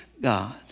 God